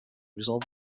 resolve